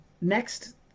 next